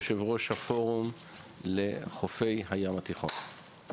יושב-ראש הפורום לחופי הים התיכון.